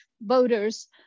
voters